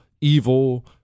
evil